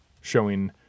showing